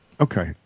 Okay